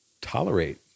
tolerate